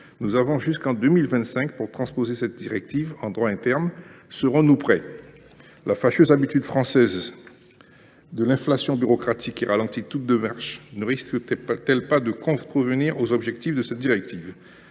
Nous avons jusqu’en 2025 pour transposer cette directive en droit interne. Serons nous prêts, monsieur le ministre ? La fâcheuse habitude française à l’inflation bureaucratique qui ralentit toute démarche ne risque t elle pas de contrevenir aux objectifs de cette directive ?